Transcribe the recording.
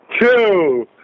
two